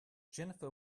jennifer